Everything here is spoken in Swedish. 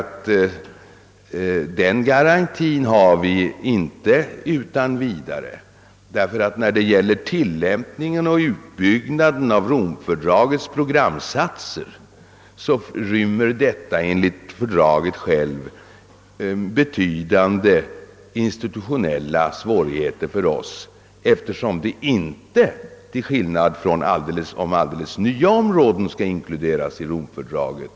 Den garantin har vi inte utan vidare. Det skall vi komma ihåg. När det gäller tillämpningen och utbyggnaden av Romfördragets programsatser innebär fördraget självt betydande institutionella svårigheter för oss, eftersom det inte kräves enhällighet, till skillnad mot om alldeles nya områden skall inkluderas i fördraget.